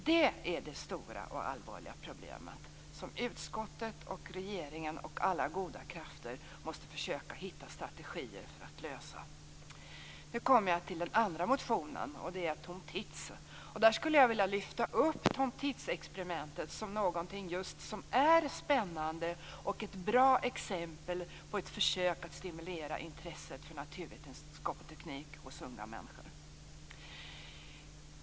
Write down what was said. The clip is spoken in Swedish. Det är det stora och allvarliga problemet som utskottet och regeringen och alla goda krafter måste försöka hitta strategier för att lösa. Nu kommer jag till den andra motionen. Den gäller Tom Tits. Jag skulle vilja lyfta upp Tom Tits Experiment som någonting som just är spännande och ett bra exempel på ett försök att stimulera intresset för naturvetenskap och teknik hos unga människor.